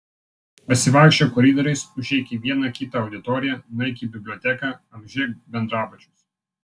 pasivaikščiok koridoriais užeik į vieną kitą auditoriją nueik į biblioteką apžiūrėk bendrabučius